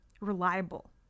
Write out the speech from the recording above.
reliable